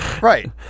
right